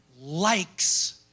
likes